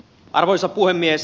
arvoisa puhemies